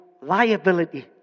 liability